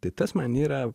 tai tas man yra